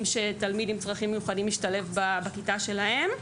שתלמיד עם צרכים מיוחדים ישתלב בכיתה שלהם.